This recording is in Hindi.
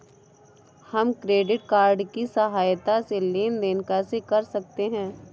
हम क्रेडिट कार्ड की सहायता से लेन देन कैसे कर सकते हैं?